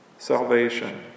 Salvation